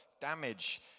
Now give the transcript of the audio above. damage